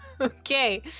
Okay